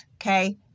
okay